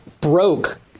broke